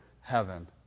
heaven